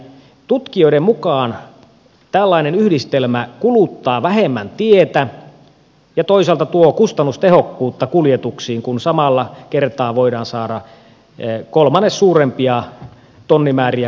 tutkijoiden mukaan tällainen yhdistelmä kuluttaa vähemmän tietä ja toisaalta tuo kustannustehokkuutta kuljetuksiin kun samalla kertaa voidaan saada kolmannes suurempia tonnimääriä kuljetettua tavaraa